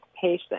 patient